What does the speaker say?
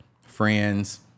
friends